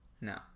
no